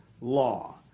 Law